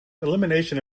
elimination